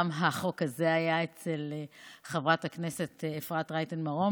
גם החוק הזה היה אצל חברת הכנסת אפרת רייטן מרום,